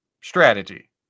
strategy